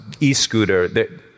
e-scooter